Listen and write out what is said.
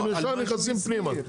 אתם ישר נכנסים פנימה,